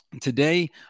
Today